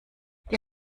die